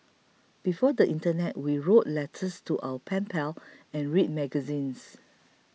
before the internet we wrote letters to our pen pals and read magazines